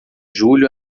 julho